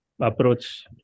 approach